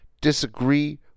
disagree